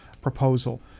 proposal